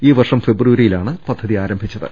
ഈ വർഷം ഫെബ്രുവ രിയിലാണ് പദ്ധതി ആരംഭിച്ചത്